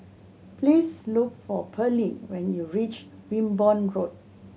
please look for Pearlene when you reach Wimborne Road